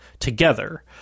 together